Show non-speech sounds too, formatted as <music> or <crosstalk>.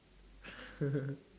<laughs>